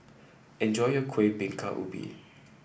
enjoy your Kuih Bingka Ubi